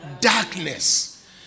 Darkness